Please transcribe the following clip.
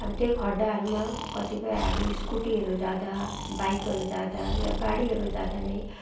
अब त्यही गड्डाहरूमा कतिपय अब स्कुटीहरू जाँदा बाइकहरू जाँदा वा गाडीहरू जाँदा नै